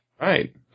Right